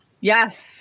Yes